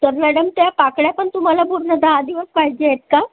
तर मॅडम त्या पाकळ्या पण तुम्हाला पूर्ण दहा दिवस पाहिजेत का